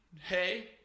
hey